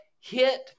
hit